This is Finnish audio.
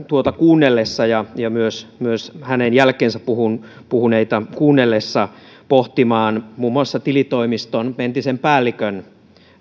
tuota kuunnellessa ja ja myös myös hänen jälkeensä puhunutta kuunnellessa pohtimaan muun muassa tilitoimiston entisen päällikön